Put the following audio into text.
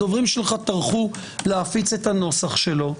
הדוברים שלך טרחו להפיץ את הנוסח שלו.